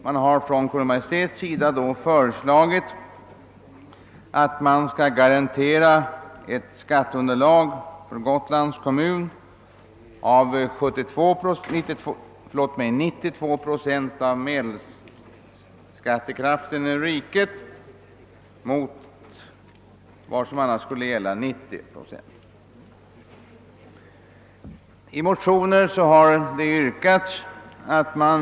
Man har från Kungl. Maj:ts sida föreslagit, att Gotlands kommun skall garanteras ett skatteunderlag på 92 procent av medelskattekraften i riket mot vad som annars skulle gälla, nämligen 90 procent för primärkommun och 95 procent för landsting.